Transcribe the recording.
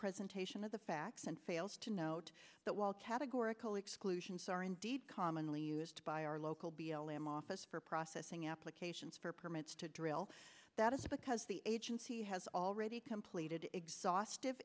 presentation of the facts and fails to note that while categorical exclusions are indeed commonly used by our local b l m office for processing applications for permits to drill that is because the agency has already completed exhaustive